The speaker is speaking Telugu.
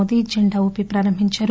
మోదీ జెండా ఊపి ప్రారంభించారు